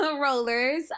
rollers